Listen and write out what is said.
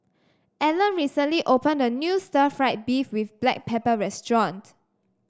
Allan recently opened a new Stir Fried Beef with Black Pepper restaurants